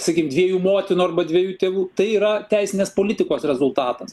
sakykim dviejų motinų arba dviejų tėvų tai yra teisinės politikos rezultatas